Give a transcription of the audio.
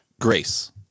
grace